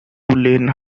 lane